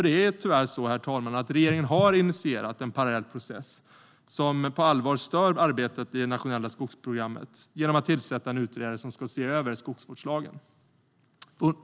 Det är tyvärr så, herr talman, att regeringen har initierat en parallell process som på allvar stör arbetet i det nationella skogsprogrammet genom att tillsätta en utredare som ska se över skogsvårdslagen.